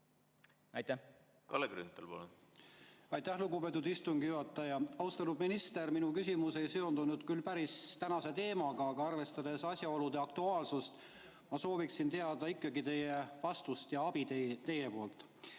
palun! Kalle Grünthal, palun! Aitäh, lugupeetud istungi juhataja! Austatud minister! Minu küsimus ei seondu küll päris tänase teemaga, aga arvestades asjaolude aktuaalsust ma sooviksin teie vastust ja abi teie poolt.